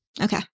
Okay